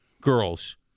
girls